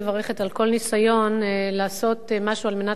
מברכת על כל ניסיון לעשות משהו על מנת